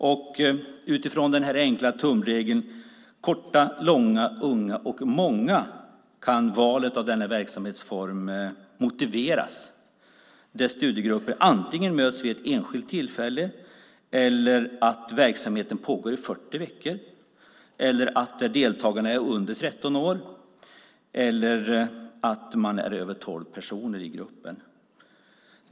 Och utifrån den enkla tumregeln korta, långa, unga och många kan valet av denna verksamhetsform motiveras. Studiegrupper kan antingen mötas vid ett enskilt tillfälle eller så kan verksamheten pågå i 40 veckor. Deltagarna kan vara under 13 år, och antalet personer i gruppen ska vara mer än tolv.